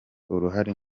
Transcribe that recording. uruhare